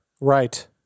Right